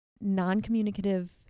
non-communicative